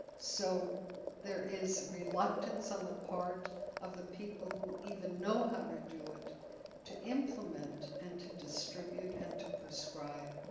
so there is reluctance on the part of the people who even know how to do it to implement and to distribute and to prescribe.